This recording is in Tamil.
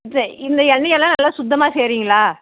சரி இந்த எண்ணெய்யெல்லாம் நல்லா சுத்தமாக செய்யறீங்களா